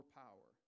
power